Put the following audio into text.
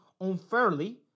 unfairly